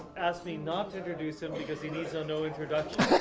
asked me not to introduce him because he needs no introduction.